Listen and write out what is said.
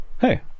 Hey